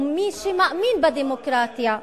ומי שמאמין בדמוקרטיה,